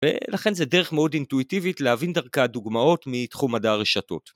ולכן זה דרך מאוד אינטואיטיבית להבין דרכה הדוגמאות מתחום מדע הרשתות.